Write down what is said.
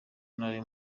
nari